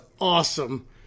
awesome